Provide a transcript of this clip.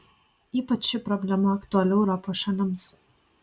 ypač ši problema aktuali europos šalims